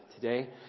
today